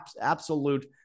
absolute